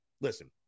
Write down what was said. listen